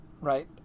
right